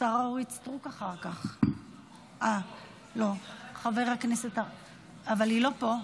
השרה אורית סטרוק אחר כך, אבל היא לא פה.